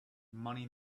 money